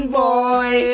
boy